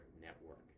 network